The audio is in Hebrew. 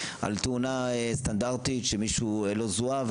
על תאונה סטנדרטית שמישהו לא זוהה,